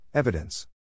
Evidence